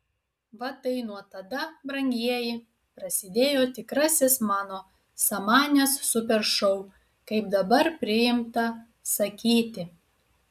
va tai nuo tada brangieji prasidėjo tikrasis mano samanės super šou kaip dabar priimta sakyti